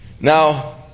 Now